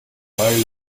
reuniting